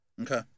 Okay